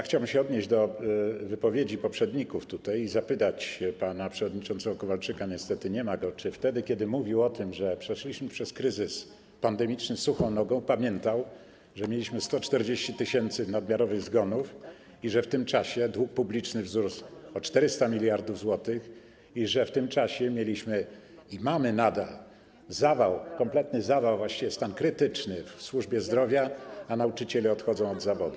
Chciałbym się odnieść do wypowiedzi poprzedników i zapytać pana przewodniczącego Kowalczyka - niestety nie ma go - czy wtedy kiedy mówił o tym, że przeszliśmy przez kryzys pandemiczny suchą nogą, pamiętał, że mieliśmy 140 tys. nadmiarowych zgonów i że w tym czasie dług publiczny wzrósł o 400 mld zł, i że w tym czasie mieliśmy i mamy nadal kompletny zawał, właściwie stan krytyczny w służbie zdrowia, a nauczyciele odchodzą od zawodu.